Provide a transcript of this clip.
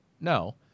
No